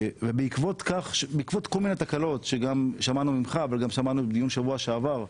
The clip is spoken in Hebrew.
ובעקבות כל מיני תקלות שגם שמענו ממך אבל גם שמענו בדיון בשבוע שעבר,